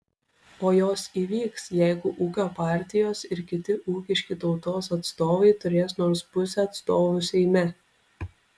o jos įvyks jeigu ūkio partijos ir kiti ūkiški tautos atstovai turės nors pusę atstovų seime